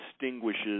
distinguishes